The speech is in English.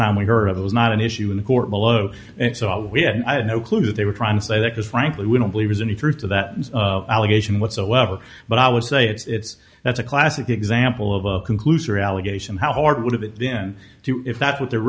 time we heard of it was not an issue in the court below and so we had i had no clue that they were trying to say that because frankly we don't believe has any truth to that allegation whatsoever but i would say that that's a classic example of a conclusory allegation how hard it would have been to if that's what they're